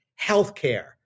healthcare